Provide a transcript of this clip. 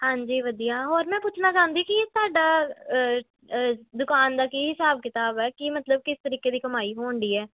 ਹਾਂਜੀ ਵਧੀਆ ਹੋਰ ਮੈਂ ਪੁੱਛਣਾ ਚਾਹੁੰਦੀ ਕਿ ਇਹ ਤੁਹਾਡਾ ਦੁਕਾਨ ਦਾ ਕੀ ਹਿਸਾਬ ਕਿਤਾਬ ਹੈ ਕੀ ਮਤਲਬ ਕਿਸ ਤਰੀਕੇ ਦੀ ਕਮਾਈ ਹੋਣਡੀ ਹੈ